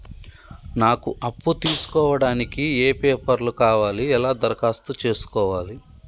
నాకు అప్పు తీసుకోవడానికి ఏ పేపర్లు కావాలి ఎలా దరఖాస్తు చేసుకోవాలి?